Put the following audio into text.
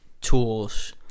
tools